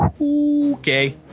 Okay